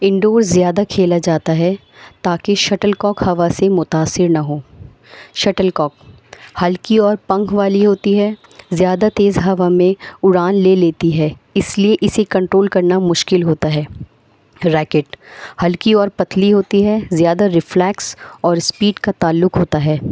انڈور زیادہ کھیلا جاتا ہے تاکہ شٹل کاک ہوا سے متاثر نہ ہو شٹل کاک ہلکی اور پنکھ والی ہوتی ہے زیادہ تیز ہوا میں اڑان لے لیتی ہے اس لیے اسے کنٹرول کرنا مشکل ہوتا ہے ریکٹ ہلکی اور پتلی ہوتی ہے زیادہ ریفلیکس اور اسپیڈ کا تعلق ہوتا ہے